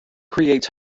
creates